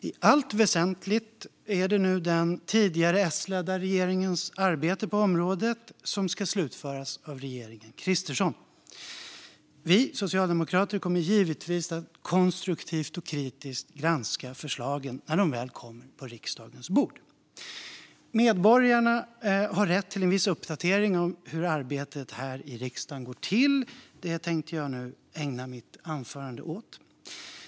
I allt väsentligt är det nu den tidigare S-ledda regeringens arbete på området som ska slutföras av regeringen Kristersson. Vi socialdemokrater kommer givetvis att konstruktivt och kritiskt granska förslagen när de väl kommer på riksdagens bord. Medborgarna har rätt till en viss uppdatering om hur arbetet här i riksdagen går till. Det tänkte jag nu ägna mitt anförande åt.